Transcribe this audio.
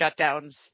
shutdowns